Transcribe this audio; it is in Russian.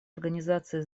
организации